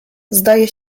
zdaje